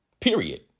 Period